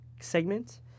segment